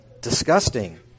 disgusting